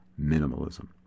minimalism